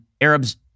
Arabs